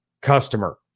customer